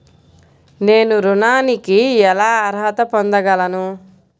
నేను ఋణానికి ఎలా అర్హత పొందగలను?